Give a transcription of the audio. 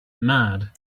mad